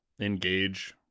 engage